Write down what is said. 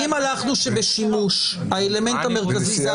אם הלכנו שבשימוש האלמנט הוא הנראות,